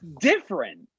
different